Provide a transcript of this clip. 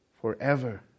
forever